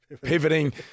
pivoting